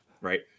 right